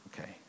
okay